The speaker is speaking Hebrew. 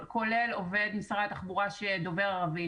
כולל עובד משרד התחבורה שדובר ערבית